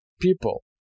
people